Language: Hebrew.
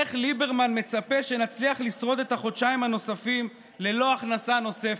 איך ליברמן מצפה שנצליח לשרוד את החודשיים הנוספים ללא הכנסה נוספת?